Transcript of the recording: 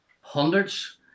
hundreds